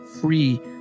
free